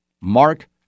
Mark